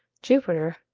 jupiter,